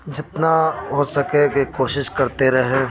جتنا ہو سکے گی کوشش کرتے رہیں